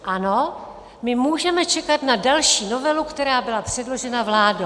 Ano, my můžeme čekat na další novelu, která byla předložena vládou.